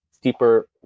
deeper